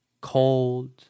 cold